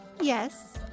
Yes